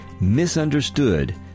MISUNDERSTOOD